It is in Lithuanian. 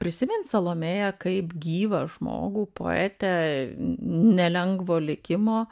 prisimint salomėją kaip gyvą žmogų poetę nelengvo likimo